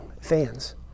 fans